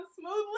smoothly